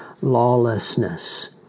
lawlessness